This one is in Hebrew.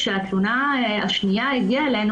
כשהתלונה השנייה הגיעה אלינו,